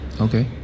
Okay